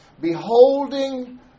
beholding